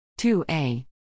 2A